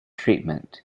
treatment